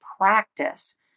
practice